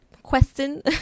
Question